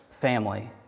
family